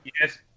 Yes